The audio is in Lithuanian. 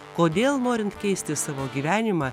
kodėl norint keisti savo gyvenimą